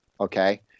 Okay